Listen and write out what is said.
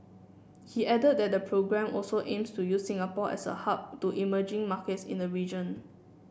he added that the programme also aims to use Singapore as a hub to emerging markets in the region